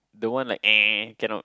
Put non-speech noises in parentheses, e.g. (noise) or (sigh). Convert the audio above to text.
the one like (noise) cannot